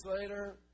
later